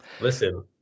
Listen